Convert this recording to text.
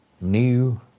new